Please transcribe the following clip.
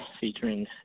featuring